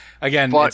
Again